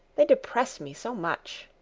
they depress me so much.